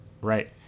Right